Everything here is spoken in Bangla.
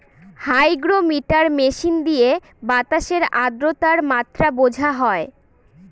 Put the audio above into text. হাইগ্রোমিটার মেশিন দিয়ে বাতাসের আদ্রতার মাত্রা বোঝা হয়